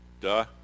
Duh